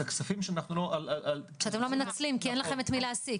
הכספים שאנחנו לא מנצלים כי אין לנו את מי להעסיק,